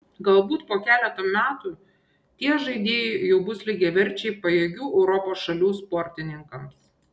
galbūt po keleto metų tie žaidėjai jau bus lygiaverčiai pajėgių europos šalių sportininkams